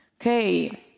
Okay